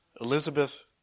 Elizabeth